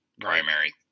primary